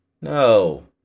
No